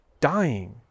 dying